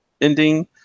ending